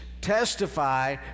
testify